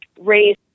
race